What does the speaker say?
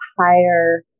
higher